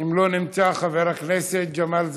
ואם הוא לא נמצא, חבר הכנסת ג'מאל זחאלקה.